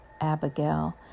Abigail